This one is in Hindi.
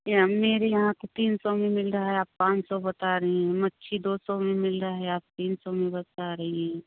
मैम मेरे यहाँ तो तीन सौ में मिल रहा है आप पाँच सौ बता रही हैं मछली दो सौ में मिल रहा है आप तीन सौ में बता रही हैं